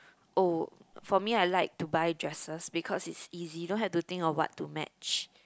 oh for me I like to buy dresses because it's easy you don't have to think of what to match